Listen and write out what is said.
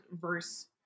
verse